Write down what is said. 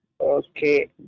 Okay